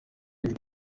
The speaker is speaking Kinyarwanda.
ijwi